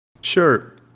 Sure